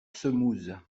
semouse